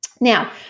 Now